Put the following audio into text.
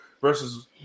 versus